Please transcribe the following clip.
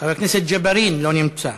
חבר הכנסת ג'בארין, לא נמצא.